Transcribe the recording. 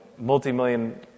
multi-million